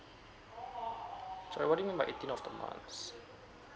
sorry what do you mean by eighteenth of the month